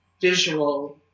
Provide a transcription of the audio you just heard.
visual